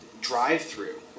drive-through